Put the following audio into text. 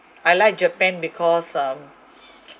I like japan because um